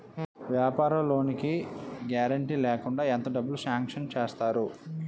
వ్యాపార లోన్ కి గారంటే లేకుండా ఎంత డబ్బులు సాంక్షన్ చేస్తారు?